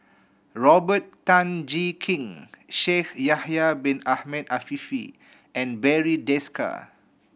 Robert Tan Jee Keng Shaikh Yahya Bin Ahmed Afifi and Barry Desker